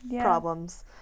problems